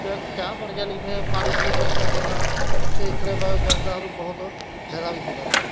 ਚਾ ਚਾਹ ਬਣ ਜਾਣੀ ਫਿਰ ਪਾਣੀ ਪੂਣੀ ਗਰਮ ਕਰ ਲੈਣਾ ਅਤੇ ਇਕਣੇ ਬਾਇਓਗੈਸ ਦਾ ਸਾਨੂੰ ਬਹੁਤ ਫਾਇਦਾ ਵੀ ਹੁੰਦਾ ਤਾ